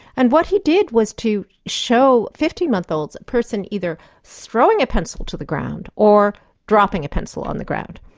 and what he did was to show fifteen months olds, a person either throwing a pencil to the ground, or dropping a pencil on the ground.